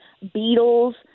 beetles